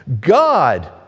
God